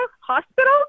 hospital